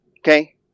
Okay